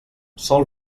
sol